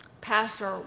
Pastor